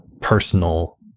personal